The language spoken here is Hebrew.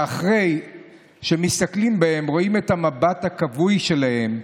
שאחרי שמסתכלים בהם רואים את המבט הכבוי שלהם.